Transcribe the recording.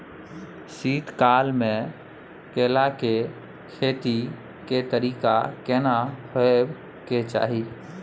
शीत काल म केला के खेती के तरीका केना होबय के चाही?